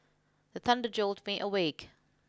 the thunder jolt me awake